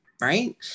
right